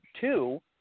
two